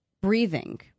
breathing